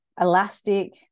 elastic